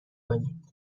کنید